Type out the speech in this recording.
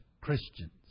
Christians